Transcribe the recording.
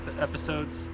episodes